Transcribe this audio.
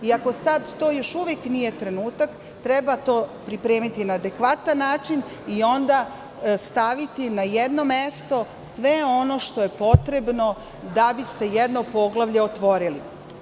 Iako sad to još uvek nije trenutak, treba to pripremiti na adekvatan način i onda staviti na jedno mesto sve ono što je potrebno da bi ste jedno poglavlje otvorili.